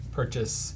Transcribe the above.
purchase